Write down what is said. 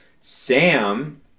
sam